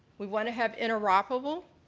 we want to have interoperable,